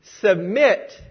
submit